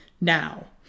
now